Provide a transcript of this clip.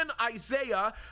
Isaiah